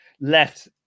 left